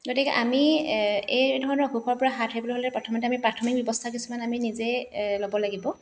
গতিকে আমি এইধৰণৰ অসুখৰ পৰা হাত সাৰিবলৈ হ'লে প্ৰথমতে আমি প্ৰাথমিক ব্যৱস্থা কিছুমান আমি নিজেই ল'ব লাগিব